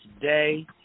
today